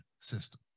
system